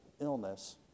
illness